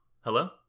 Hello